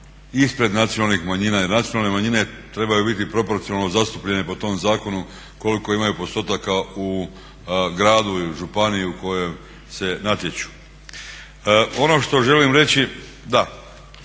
ispred nacionalnih manjina jer nacionalne manjine trebaju biti proporcionalno zastupljene po tom zakonu koliko imaju postotaka u gradu ili u županiji u kojoj se natječu. Ono što želim reći, da